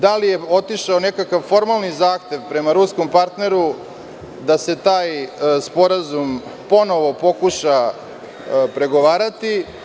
Da li je otišao nekakav formalan zahtev prema ruskom partneru da se taj sporazum ponovo pokuša pregovarati?